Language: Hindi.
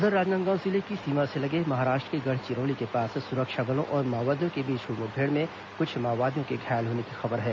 उधर राजनांदगांव जिले की सीमा से लगे महाराष्ट्र के गढ़चिरौली के पास सुरक्षा बलों और माओवादियों के बीच हुई मुठभेड़ में कुछ माओवादियों के घायल होने की खबर है